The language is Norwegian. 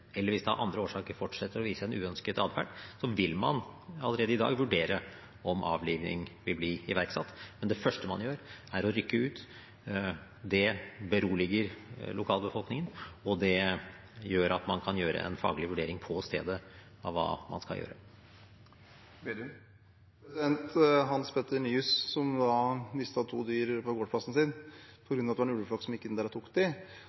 eller hvis det av andre årsaker fortsetter å vise uønsket atferd, vil man allerede i dag vurdere om avliving vil bli iverksatt. Men det første man gjør, er å rykke ut. Det beroliger lokalbefolkningen, og det gjør at man kan gjøre en faglig vurdering på stedet av hva man skal gjøre. Hans Peter Nyhuus, som mistet to dyr på gårdsplassen sin på grunn av at en ulveflokk gikk inn der og tok